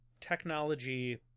technology